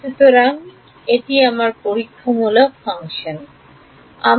সুতরাং এটি আমার পরীক্ষামূলক ফাংশনটি